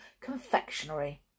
confectionery